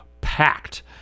packed